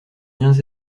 liens